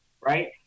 right